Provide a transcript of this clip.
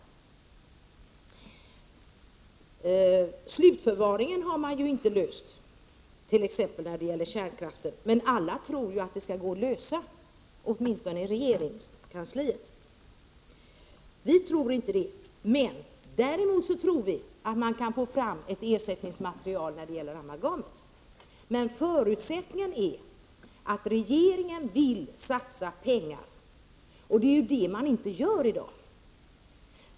Frågan om slutförvaringen har man ju t.ex. inte löst när det gäller kärnkraften, men alla tror att det skall gå att lösa, åtminstone i regeringskansliet. Vi tror inte det. Däremot tror vi att man kan få fram ett ersättningsmaterial för amalgam. Förutsättningen är dock att regeringen vill satsa pengar. Det är ju det regeringen inte gör i dag.